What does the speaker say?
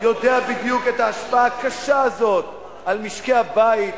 יודע בדיוק את ההשפעה הקשה הזאת על משקי-הבית